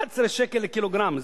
11 שקלים לקילוגרם,